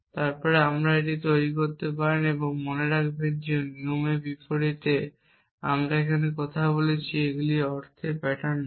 তারপরে আপনি এটি তৈরি করতে পারেন এবং মনে রাখবেন যে নিয়মের বিপরীতে যে আমরা আগে কথা বলেছি এগুলি এই অর্থে প্যাটার্ন নয়